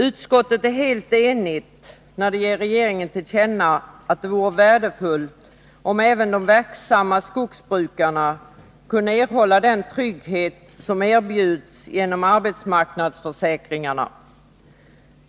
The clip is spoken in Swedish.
Utskottet är helt enigt när det hemställer om att ge regeringen till känna att det vore värdefullt om även de verksamma skogsbrukarna kunde erhålla den trygghet som erbjuds genom arbetsmarknadsförsäkringarna.